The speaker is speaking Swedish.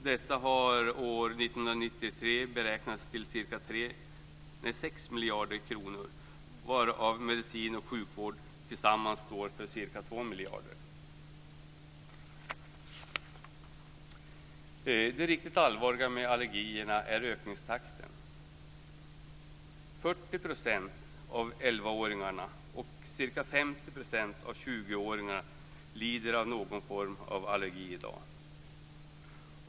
Dessa har år 1993 beräknats till ca 6 miljarder kronor, varav medicin och sjukvård tillsammans står för ca 2 miljarder. Det riktigt allvarliga med allergierna är ökningstakten. 40 % av 11-åringarna och ca 50 % av 20 åringarna lider i dag av någon form av allergi.